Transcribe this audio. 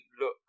look